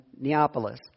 Neapolis